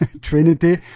trinity